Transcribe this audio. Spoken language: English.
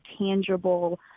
tangible